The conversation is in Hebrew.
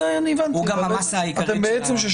הוא גם המסה העיקרית --- את זה אני הבנתי.